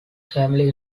family